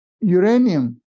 uranium